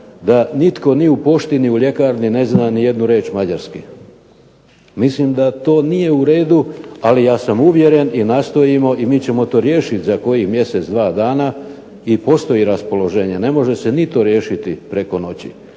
da nitko ni u pošti ni u ljekarni ne zna ni jednu riječ mađarski. Mislim da to nije u redu ali ja sam uvjeren i nastojimo i mi ćemo to riješiti za kojih mjesec, dva dana i postoji raspoloženje, ne može se ni to riješiti preko noći